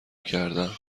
کردم